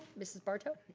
mrs. barto.